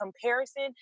comparison